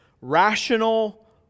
Rational